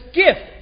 gift